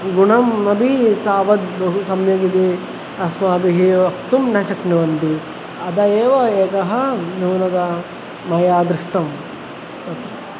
गुणम् अपि तावद् बहु सम्यगिति अस्माभिः वक्तुं न शक्नुवन्ति अतः एव एका न्यूनता मया दृष्टा अत्र